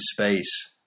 space